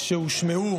שהושמעו